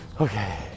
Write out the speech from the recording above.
okay